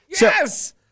Yes